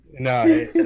No